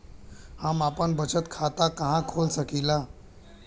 हम आपन बचत खाता कहा खोल सकीला?